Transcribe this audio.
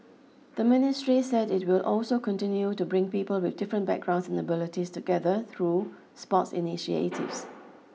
the ministry said it will also continue to bring people with different backgrounds and abilities together through sports initiatives